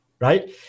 right